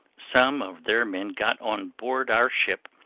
some of their men got on board our ship,